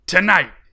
Tonight